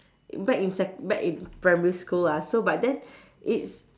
back in sec~ back in primary school lah so but then it's